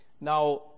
Now